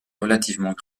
relativement